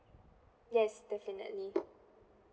yes definitely